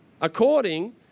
according